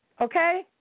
Okay